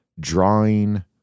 Drawing